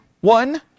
one